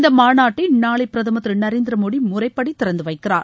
இந்த மாநாட்டை நாளை பிரதமர் திரு நரேந்திர மோடி முறைப்படி திறந்து வைக்கிறார்